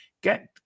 get